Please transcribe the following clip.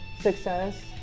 Success